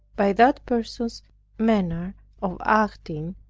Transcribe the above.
by that person's manner of acting,